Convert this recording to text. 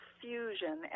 fusion